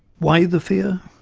why the fear?